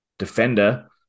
defender